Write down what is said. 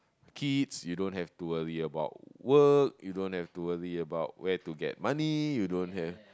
kids you don't have to worry about work you don't have to worry about where to get money